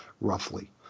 roughly